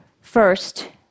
First